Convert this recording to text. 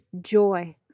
joy